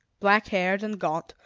black haired and gaunt,